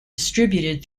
distributed